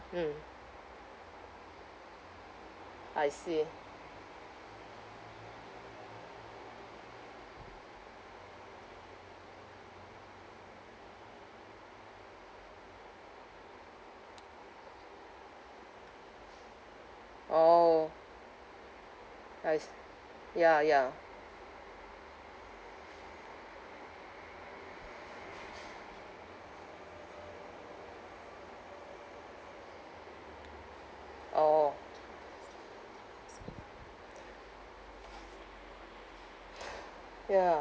mm I see orh I s~ ya ya orh ya